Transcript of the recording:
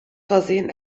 versehen